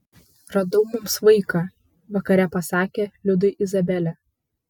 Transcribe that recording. radau mums vaiką vakare pasakė liudui izabelė